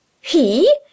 He